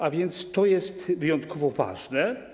A więc to jest wyjątkowo ważne.